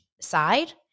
side